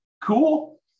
Cool